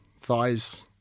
thighs